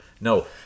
No